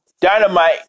Dynamite